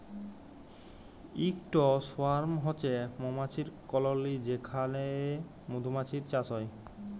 ইকট সোয়ার্ম হছে মমাছির কললি যেখালে মধুমাছির চাষ হ্যয়